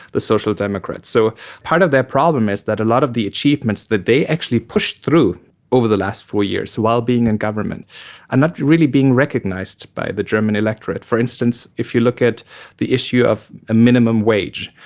the social democrats. so part of their problem is that a lot of the achievements that they actually pushed through over the last four years while being in government are not really being recognised by the german electorate. for instance, if you look at the issue of a minimum wage,